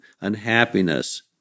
unhappiness